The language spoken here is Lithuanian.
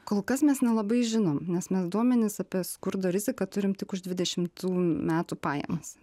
kol kas mes nelabai žinom nes mes duomenis apie skurdo riziką turim tik už dvidešimtų metų pajamas